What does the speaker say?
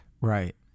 right